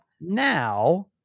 Now